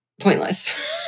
pointless